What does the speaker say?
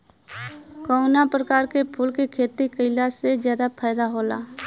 कवना प्रकार के फूल के खेती कइला से ज्यादा फायदा होला?